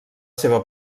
seva